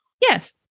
Yes